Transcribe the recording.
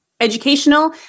educational